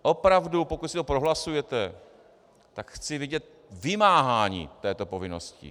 Opravdu, pokud si to prohlasujete, tak chci vidět vymáhání této povinnosti.